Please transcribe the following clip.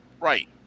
Right